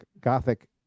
gothic